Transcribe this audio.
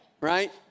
right